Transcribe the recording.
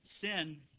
sin